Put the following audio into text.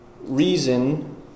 reason